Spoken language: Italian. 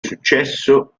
successo